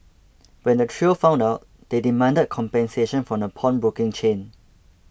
when the trio found out they demanded compensation from the pawnbroking chain